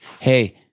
Hey